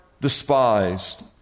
despised